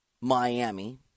Miami